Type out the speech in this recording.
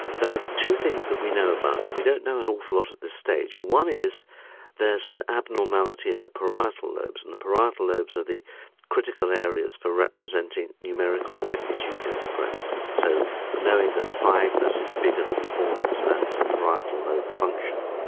there are two things that we know about we don't know an awful lot at this stage. one is there's an abnormality in the parietal lobes, and the parietal lobes are the critical areas representing numerical magnitude in the brain. so knowing that five-ness is bigger that four-ness, that's a parietal lobe function,